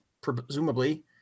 presumably